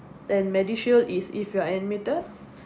then MediShield is if you are admitted